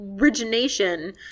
origination